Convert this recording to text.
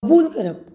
बूल करप